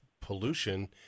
pollution